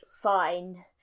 fine